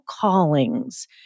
callings